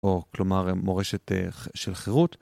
או כלומר מורשת של חירות.